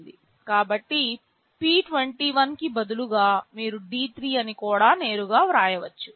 కాబట్టి p21 కు బదులుగా మీరు D3 అని కూడా నేరుగా వ్రాయవచ్చు